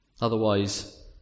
Otherwise